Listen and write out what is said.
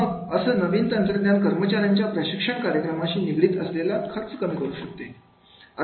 मग असं नवीन तंत्रज्ञान कर्मचाऱ्यांच्या प्रशिक्षण कार्यक्रमाशी निगडीत असलेला खर्च कमी करू शकते